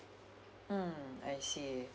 mm I see